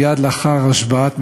מייד לאחר השבעת ממשלתו,